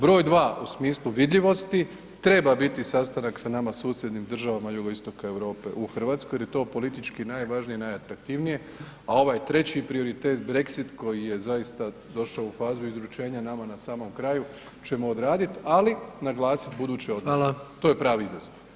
Broj dva u smislu vidljivosti, treba biti sastanak sa nama susjednim državama jugoistoka Europe u Hrvatskoj jer je to politički najvažnije i najatraktivnije a ovaj treći prioritet, Brexit, koji je zaista došao u fazu izručenja nama na samom kraju ćemo odradit ali naglasiti buduće odnose, to je pravi izazov.